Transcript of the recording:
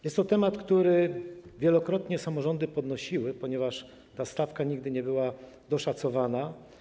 Jest to temat, który wielokrotnie samorządy podnosiły, ponieważ ta stawka nigdy nie była doszacowana.